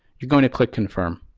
you're going to click confirm.